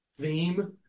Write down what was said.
theme